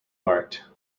marked